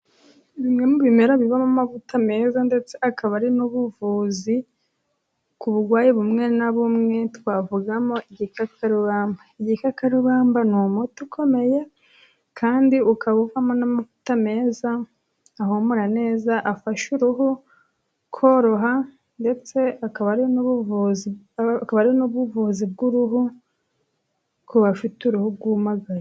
Bimwe mu bimera bi amo amavuta meza